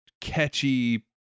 catchy